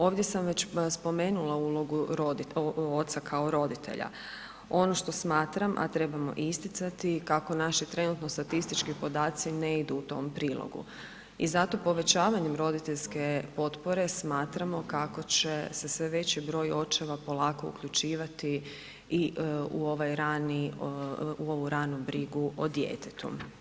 Ovdje sam već spomenula ulogu oca kao roditelja, ono što smatram, a trebamo i isticati kako naše trenutno statistički podaci ne idu u tom prilogu i zato povećavanjem roditeljske potpore smatramo kako će se sve veći broj očeva polako uključivati i u ovu ranu brigu o djetetu.